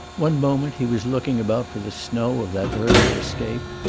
one moment he was looking about for the snow of that earlier escape,